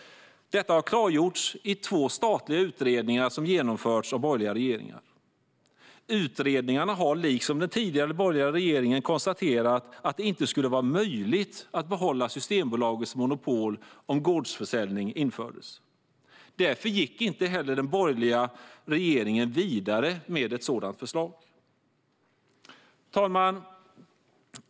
Detta har klargjorts i två statliga utredningar som har genomförts av borgerliga regeringar. Utredningarna har, liksom den tidigare borgerliga regeringen, konstaterat att det inte skulle vara möjligt att behålla Systembolagets monopol om gårdsförsäljning infördes. Därför gick inte heller den borgerliga regeringen vidare med ett sådant förslag. Fru talman!